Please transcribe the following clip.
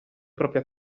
proprie